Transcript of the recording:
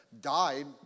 died